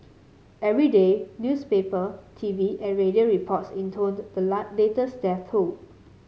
every day newspaper T V and radio reports intoned the latest death toll